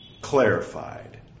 clarified